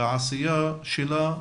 לעשייה שלה,